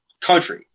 country